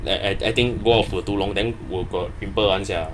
eh eh I think go out for too long then will got pimple [one] sia